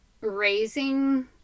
raising